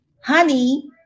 honey